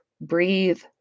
breathe